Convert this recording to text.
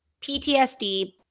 PTSD